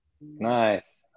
Nice